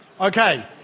Okay